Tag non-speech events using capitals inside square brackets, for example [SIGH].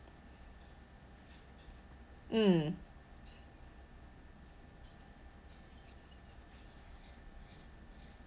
[NOISE] mm [NOISE]